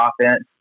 offense